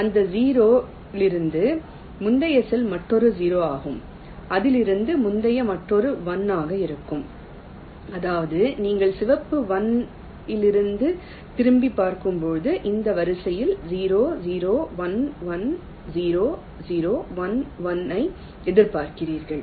அந்த 0 இலிருந்து முந்தைய செல் மற்றொரு 0 ஆகும் அதிலிருந்து முந்தையது மற்றொரு 1 ஆக இருக்கும் அதாவது நீங்கள் சிவப்பு 1 இலிருந்து திரும்பிப் பார்க்கும்போது அந்த வரிசையில் 0 0 1 1 0 0 1 1 ஐ எதிர்பார்க்கிறீர்கள்